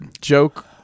joke